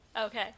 okay